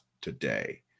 today